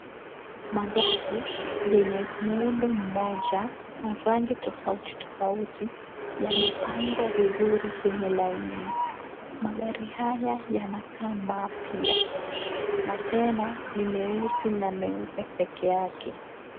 Magari yenye muundo mmoja, na rangi tofauti tofauti, yamepangwa vizuri kwenye laini. Magari haya yanakaa mapya, na tena ni meusi na meupe pekee yake.